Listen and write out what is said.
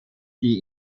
die